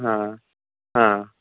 ह ह